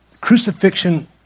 Crucifixion